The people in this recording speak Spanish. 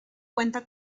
cuenta